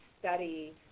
study